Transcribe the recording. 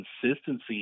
consistency